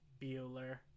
Bueller